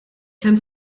kemm